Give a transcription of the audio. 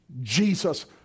Jesus